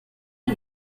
lee